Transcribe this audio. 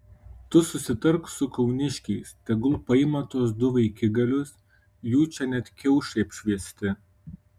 tu susitark su kauniškiais tegul paima tuos du vaikigalius jų čia net kiaušai apšviesti